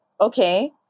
okay